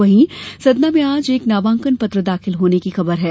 वहीं सतना में आज एक नामांकन पत्र दाखिल होने की खबर है